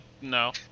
No